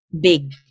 big